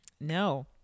no